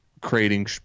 creating